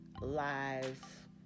live